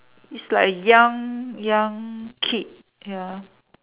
it's like a young young kid ya